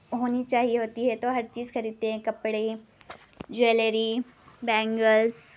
ہونی چاہیے ہوتی ہے تو ہر چیز خریدتے ہیں کپڑے جویلری بینگلس